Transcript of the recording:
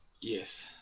Yes